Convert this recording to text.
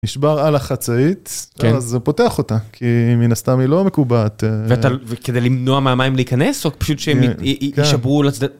נשבר על החצאית, אז זה פותח אותה, כי מן הסתם היא לא מקובעת. וכדי למנוע מהמים להיכנס, או פשוט שהם יישברו לצדד?